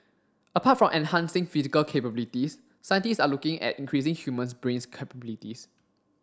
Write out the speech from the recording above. apart from enhancing physical capabilities scientists are looking at increasing human's brain capabilities